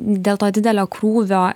dėl to didelio krūvio